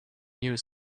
use